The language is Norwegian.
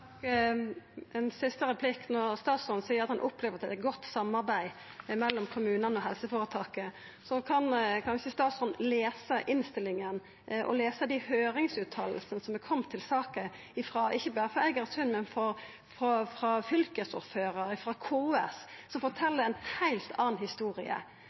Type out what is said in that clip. Ein siste replikk: Når statsråden seier at han opplever at det er godt samarbeid mellom kommunane og helseføretaket, kan han kanskje lesa innstillinga og dei høyringsfråsegnene som har kome i saka ikkje berre frå Eigersund, men frå fylkesordføraren og frå KS, som fortel ei heilt anna historie.